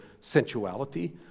sensuality